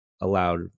allowed